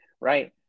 right